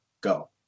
Go